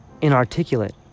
inarticulate